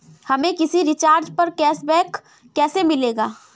हमें किसी रिचार्ज पर कैशबैक कैसे मिलेगा?